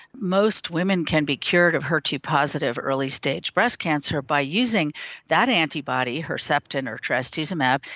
most women can be cured of her two positive early stage breast cancer by using that antibody, herceptin or trastuzumab,